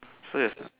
so you